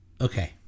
okay